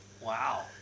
Wow